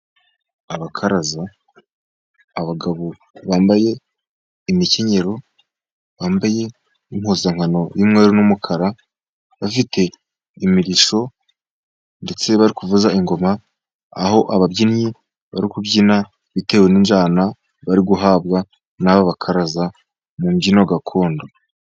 Abakaraza abagabo bambaye imikenyero, bambaye impuzankano y'umweru n'umukara, bafite imirishyo ndetse bari kuvuza ingoma, aho ababyinnyi bari kubyina bitewe n'injyana bari guhabwa n'abo bakaraza mu mbyino gakondo.